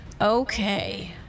Okay